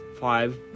five